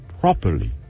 properly